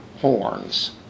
horns